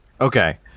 Okay